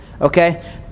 okay